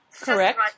correct